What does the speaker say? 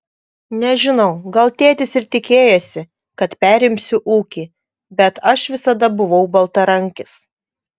nežinau gal tėtis ir tikėjosi kad perimsiu ūkį bet aš visada buvau baltarankis